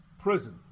prison